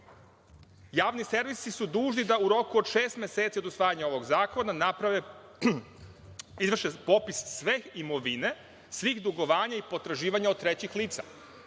javni servisi su dužni da u roku od šest meseci od usvajanja ovog zakona izvrše popis sve imovine, svih dugovanja i potraživanja od trećih lica.